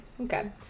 Okay